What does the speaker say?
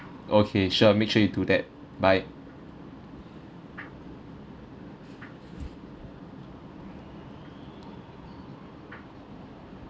okay sure make sure you do that bye